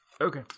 Okay